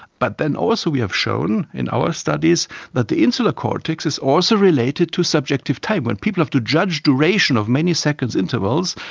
but then also we have shown in our studies that the insular cortex is also related to subjective time. when people have to judge duration of many seconds intervals,